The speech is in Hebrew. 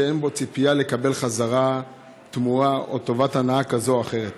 שאין בו ציפייה לקבל חזרה תמורה או טובת הנאה כזו או אחרת